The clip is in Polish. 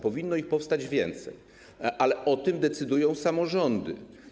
Powinno ich powstać więcej, ale o tym decydują samorządy.